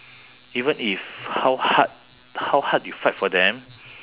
even if how hard how hard you fight for them